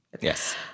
Yes